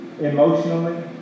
emotionally